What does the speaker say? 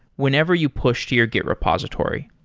whenever you push to your git repository.